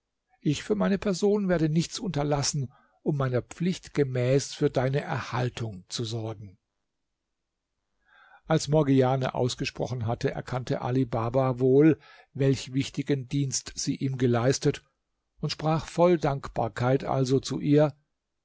ich für meine person werde nichts unterlassen um meiner pflicht gemäß für deine erhaltung zu sorgen als morgiane ausgesprochen hatte erkannte ali baba wohl welch wichtigen dienst sie ihm geleistet und sprach voll dankbarkeit also zu ihr